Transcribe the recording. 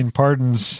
pardons